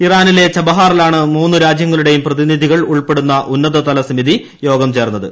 ഇറാനിലെ ച്ഛബഹാറിലാണ് മൂന്നു രാജ്യങ്ങളുടെയും പ്രതിനിധികൾ ഉൾപ്പെടുന്ന ഉന്നത സമിതി ചേർന്നത്